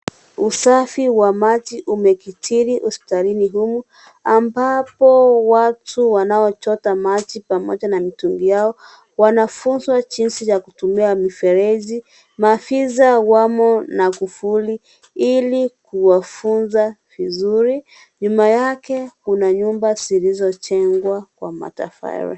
Usafi wa maji umekitiri hospitali humu, ambapo watu wanaochota maji pamoja na mitungi yao wanafunzwa jinsi ya kutumia mifereji, mafiza wamo na kufuli, ili kuwafunza vizuri, nyuma yake kuna nyumba siliso chengwa, kwa matafari.